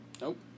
Nope